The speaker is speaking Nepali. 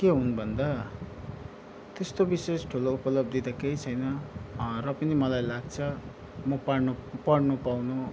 के हुन् भन्दा त्यस्तो विशेष ठुलो उपलब्धि त केही छैन र पनि मलाई लाग्छ म पढ्नु पढ्नु पाउनु